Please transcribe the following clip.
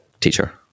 teacher